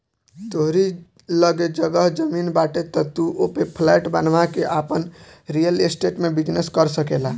तोहरी लगे जगह जमीन बाटे तअ तू ओपे फ्लैट बनवा के आपन रियल स्टेट में बिजनेस कर सकेला